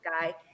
guy